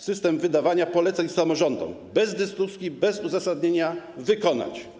System wydawania poleceń samorządom - bez dyskusji, bez uzasadnienia, wykonać.